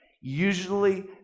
usually